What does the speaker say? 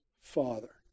Father